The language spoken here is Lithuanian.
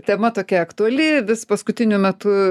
tema tokia aktuali vis paskutiniu metu